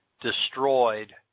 destroyed